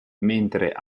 mentre